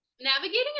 Navigating